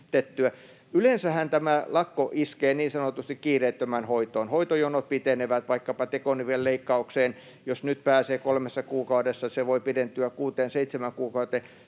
Yleensähän lakko iskee niin sanotusti kiireettömään hoitoon. Hoitojonot pitenevät. Jos vaikkapa tekonivelleikkaukseen pääsee nyt kolmessa kuukaudessa, se voi pidentyä kuuteen seitsemään kuukauteen.